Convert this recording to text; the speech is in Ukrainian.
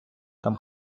там